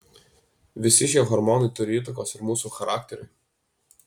visi šie hormonai turi įtakos ir mūsų charakteriui